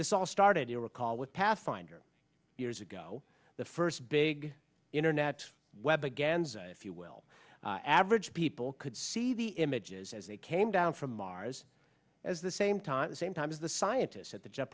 this all started you recall with pathfinder years ago the first big internet web again if you will average people could see the images as they came down from mars as the same time the same time as the scientists at the jet